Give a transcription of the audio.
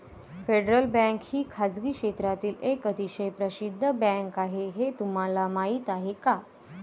Federal bank ही खासगी क्षेत्रातील एक अतिशय प्रसिद्ध बँक आहे हे तुम्हाला माहीत आहे का?